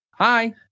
Hi